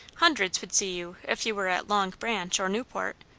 hundreds would see you if you were at long branch or newport.